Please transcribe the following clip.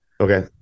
Okay